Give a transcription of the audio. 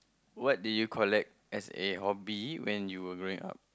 what did you collect as a hobby when you were growing up